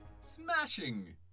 Smashing